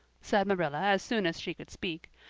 said marilla as soon as she could speak,